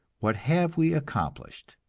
what have we accomplished?